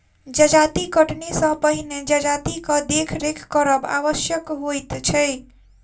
जजाति कटनी सॅ पहिने जजातिक देखरेख करब आवश्यक होइत छै